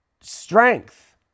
strength